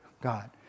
God